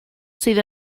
sydd